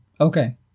Okay